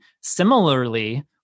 Similarly